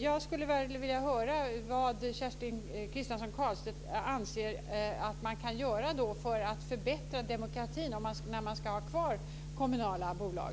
Jag skulle vilja höra vad Kerstin Kristiansson Karlstedt anser att man kan göra för att förbättra demokratin när man ska ha kvar kommunala bolag.